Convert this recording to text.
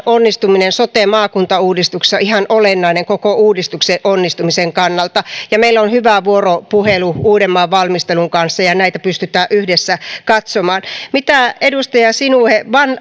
onnistuminen sote maakuntauudistuksessa on ihan olennainen koko uudistuksen onnistumisen kannalta meillä on hyvä vuoropuhelu uudenmaan valmistelun kanssa ja näitä pystytään yhdessä katsomaan mitä edustaja sinuhe